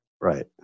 Right